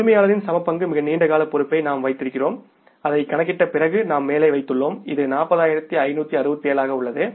உரிமையாளரின் சமபங்கு மிக நீண்ட கால பொறுப்பை நாம் வைத்திருக்கிறோம் அதைக் கணக்கிட்ட பிறகு நாம் மேலே வைத்துள்ளோம் இது 40567 ஆக உள்ளது